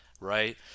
Right